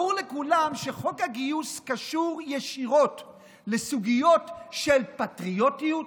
ברור לכולם שחוק הגיוס קשור ישירות לסוגיות של פטריוטיות,